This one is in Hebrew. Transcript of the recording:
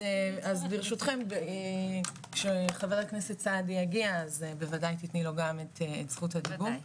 אז ברשותכם כשחבר הכנסת סעדי יגיע אז בוודאי תתני לו גם את זכות הדיבור.